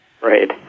Right